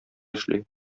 эшли